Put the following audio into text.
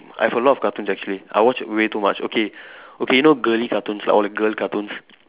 I have a lot of cartoons actually I watch way too much okay okay you know girly cartoons like all the girl cartoons